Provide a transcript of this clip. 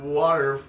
water